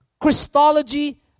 Christology